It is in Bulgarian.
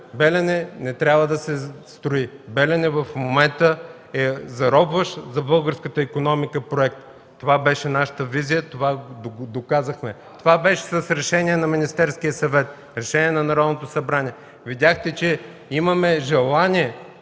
„Белене” не трябва да се строи. „Белене” в момента е заробващ за българската икономика проект. Това беше нашата визия. Това го доказахме. Това беше с решение на Министерския съвет, решение на Народното събрание. Видяхте, че имаме желание